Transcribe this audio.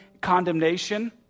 condemnation